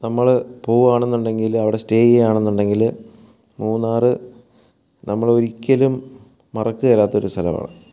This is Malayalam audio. നമ്മൾ പോകുകയാണെന്നുണ്ടെങ്കിൽ അവിടെ സ്റ്റേ ചെയ്യുകയാണെന്നുണ്ടെങ്കിൽ മൂന്നാറ് നമ്മളൊരിക്കലും മറക്കേലാത്തൊരു സ്ഥലമാണ്